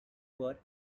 were